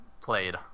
played